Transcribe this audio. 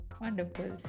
Wonderful